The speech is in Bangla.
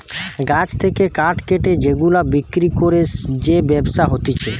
গাছ থেকে কাঠ কেটে সেগুলা বিক্রি করে যে ব্যবসা হতিছে